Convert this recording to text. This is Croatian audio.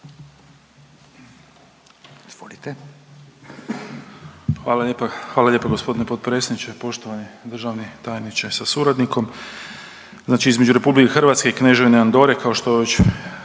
Hvala lijepo gospodine potpredsjedniče, poštovani državni tajniče sa suradnikom. Znači između RH i Kneževine Andore, kao što je